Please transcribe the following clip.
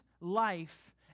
life